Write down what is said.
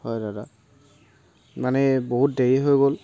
হয় দাদা মানে বহুত দেৰি হৈ গ'ল